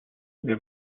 they